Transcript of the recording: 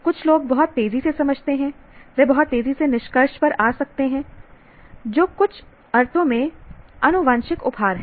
कुछ लोग बहुत तेजी से समझते हैं वे बहुत तेजी से निष्कर्ष पर आ सकते हैं जो कुछ अर्थों में आनुवंशिक उपहार है